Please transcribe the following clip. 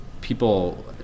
people